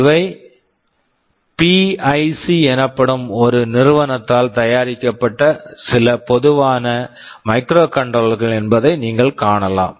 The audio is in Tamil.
இவை பிஐசி PIC எனப்படும் ஒரு நிறுவனத்தால் தயாரிக்கப்பட்ட சில பொதுவான மைக்ரோகண்ட்ரோலர் microcontroller கள் என்பதை நீங்கள் காணலாம்